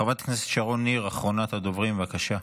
חברת הכנסת שרון ניר, אחרונת הדוברים, בבקשה.